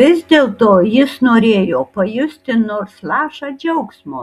vis dėlto jis norėjo pajusti nors lašą džiaugsmo